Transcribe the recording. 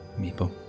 Meepo